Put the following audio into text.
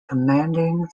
commanding